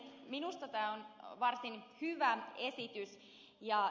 minusta tämä on varsin hyvä esitys